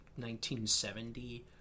1970